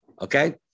okay